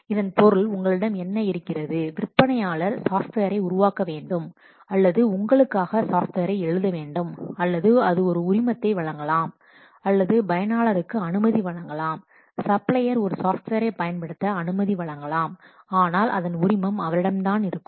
இதன் பொருள் உங்களிடம் என்ன இருக்கிறது விற்பனையாளர் சாஃப்ட்வேரை உருவாக்க வேண்டும் அல்லது உங்களுக்காக சாஃப்ட்வேரை எழுத வேண்டும் அல்லது அது ஒரு உரிமத்தை வழங்கலாம் அல்லது பயனருக்கு அனுமதி வழங்கலாம் சப்ளையர் ஒரு சாஃப்ட்வேரை பயன்படுத்த அனுமதி வழங்கலாம் ஆனால் அதன் உரிமம் அவரிடம்தான் இருக்கும்